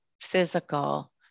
physical